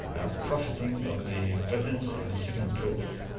profiting of the presence of the syrian troops?